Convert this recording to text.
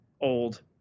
old